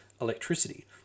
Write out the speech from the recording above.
electricity